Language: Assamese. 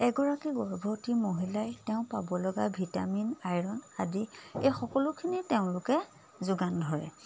এগৰাকী গৰ্ভতী মহিলাই তেওঁ পাব লগা ভিটামিন আইৰণ আদি এই সকলোখিনি তেওঁলোকে যোগান ধৰে